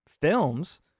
films